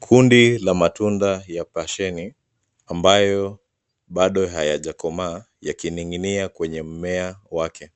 Kundi la matunda ya pasheni ambayo bado hayajakomaa, yakining'inia kwenye mmea wake.